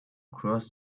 cross